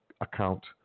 account